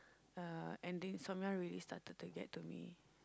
and the insomnia really started to get to me